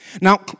Now